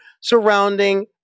surrounding